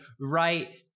right